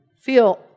feel